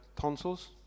tonsils